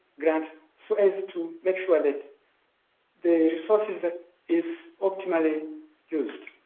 grants so as to make sure that the resources ah is optimally used.